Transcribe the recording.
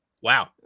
Wow